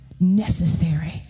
Necessary